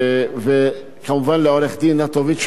וכמובן לעורך-הדין נטוביץ,